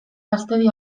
gaztedi